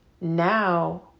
now